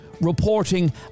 reporting